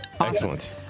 Excellent